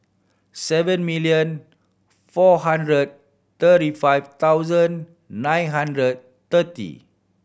seven million four hundred thirty five thousand nine hundred thirty